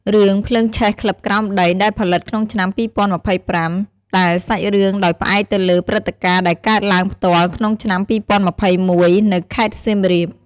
រឿង ភ្លើងឆេះក្លឹបក្រោមដី ដែលផលិតក្នុងឆ្នាំ ២០២៥ ដែលសាច់រឿងដោយផ្អែកទៅលើព្រឹត្តិការណ៍ដែលកើតឡើងផ្ទាល់ក្នុងឆ្នាំ ២០២១ នៅខេត្តសៀមរាប។